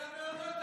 של אימהות עובדות,